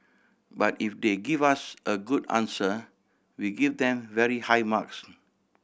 but if they give us a good answer we give them very high marks